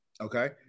okay